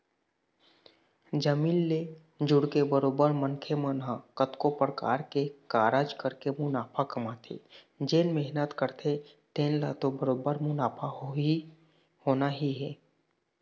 जमीन ले जुड़के बरोबर मनखे मन ह कतको परकार के कारज करके मुनाफा कमाथे जेन मेहनत करथे तेन ल तो बरोबर मुनाफा होना ही हे